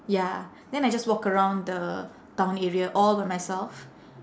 ya then I just walk around the town area all by myself